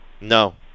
No